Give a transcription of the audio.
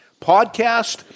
podcast